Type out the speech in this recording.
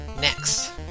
Next